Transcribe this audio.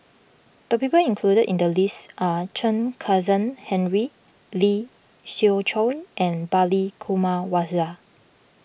the people included in the list are Chen Kezhan Henri Lee Siew Choh and Balli Kauma Waswal